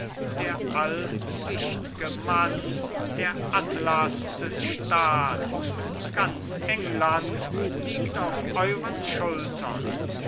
der allwicht'ge mann der atlas des staats ganz england liegt auf euren schultern